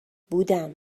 بودم